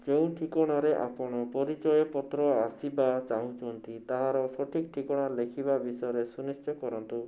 ଯେଉଁ ଠିକଣାରେ ଆପଣ ପରିଚୟ ପତ୍ର ଆସିବା ଚାହୁଁଛନ୍ତି ତାହାର ସଠିକ ଠିକଣା ଲେଖିବା ବିଷୟରେ ସୁନିଶ୍ଚୟ କରନ୍ତୁ